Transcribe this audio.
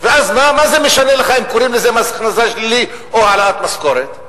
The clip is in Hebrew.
ואז מה זה משנה לך אם קוראים לזה מס הכנסה שלילי או העלאת משכורת?